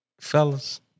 Fellas